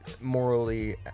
morally